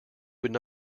would